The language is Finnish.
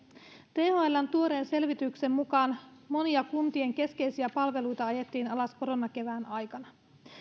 thln tuoreen selvityksen mukaan monia kuntien keskeisiä palveluita ajettiin alas koronakevään aikana